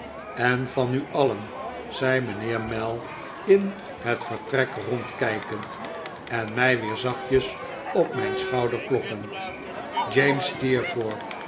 en van u alien zei mijnheer mell in het vertrek rondkijkend en mij weer zachtjes op mijn schouder kloppend james steerforth